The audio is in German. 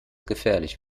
gefährlich